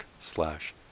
slash